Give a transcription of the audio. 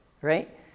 Right